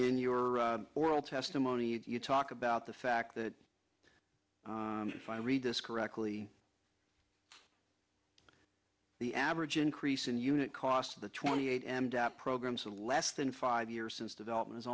in your oral testimony you talk about the fact that if i read this correctly the average increase in unit cost of the twenty eight m debt programs of less than five years since development is